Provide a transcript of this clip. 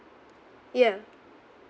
yeah